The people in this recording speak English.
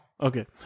Okay